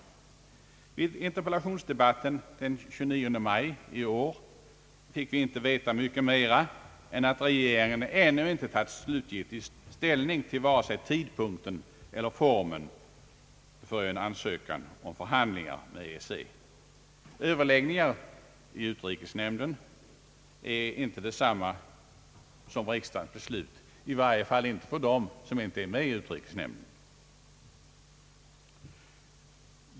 Vid interpellationsdebatten den 29 maj i år fick vi inte veta mycket mer än att regeringen ännu inte tagit slutgiltig ställning till vare sig tidpunkten eller formen för en ansökan om förhandlingar med EEC. Överläggningar i utrikesnämnden är inte detsamma som riksdagens debatter 'och beslut; i varje fall inte för dem som inte är med i utrikesnämnden.